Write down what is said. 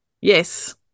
Yes